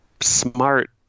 smart